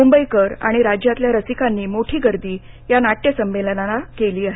मुंबईकर आणि राज्यातल्या रसिकांनी मोठी गर्दी या नाट्य संमेलनाला केली आहे